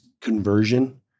conversion